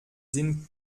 sind